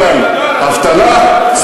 אבטלה נמוכה ועוני גדול,